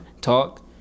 talk